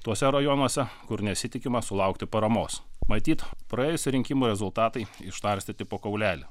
tuose rajonuose kur nesitikima sulaukti paramos matyt praėjusių rinkimų rezultatai išnarstyti po kaulelį